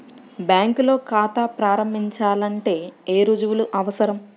బ్యాంకులో ఖాతా ప్రారంభించాలంటే ఏ రుజువులు అవసరం?